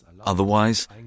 Otherwise